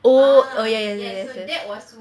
oh oh ya ya yes